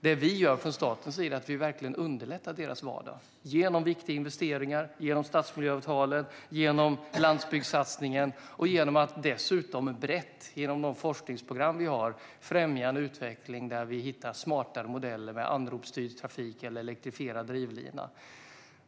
Det staten gör är att underlätta deras vardag genom viktiga investeringar, genom stadsmiljöavtalen, genom landsbygdssatsningen och genom att dessutom brett genom de forskningsprogram vi har främja en utveckling där vi hittar smartare modeller med anropsstyrd trafik och elektrifierad drivlina.